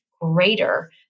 greater